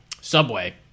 subway